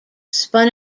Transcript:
spun